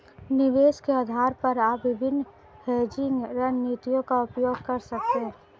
निवेश के आधार पर आप विभिन्न हेजिंग रणनीतियों का उपयोग कर सकते हैं